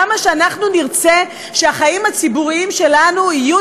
למה שאנחנו נרצה שהחיים הציבוריים שלנו יהיו